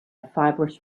fibrous